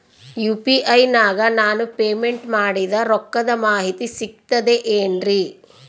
UPI ನಾಗ ನಾನು payment ಮಾಡಿದ ರೊಕ್ಕದ ಮಾಹಿತಿ ಸಿಕ್ತದೆ ಏನ್ರಿ?